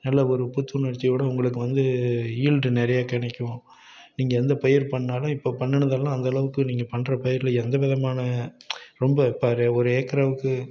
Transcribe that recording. நல்ல ஒரு புத்துணர்ச்சியோடு உங்களுக்கு வந்து ஈடு நிறைய கிடைக்கும் நீங்கள் எந்த பயிர் பண்ணாலும் இப்போ பண்ணினதெல்லாம் அந்த அளவுக்கு நீங்க பண்ணுற பயிரில் எந்த விதமான ரொம்ப இப்போ ஒரு ஏக்கராவுக்கு